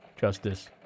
Justice